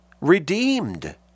redeemed